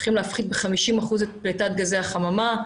הולכים להפחית ב-50 אחוזים את פליטת גזי החממה.